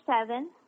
seven